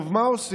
טוב, מה עושים?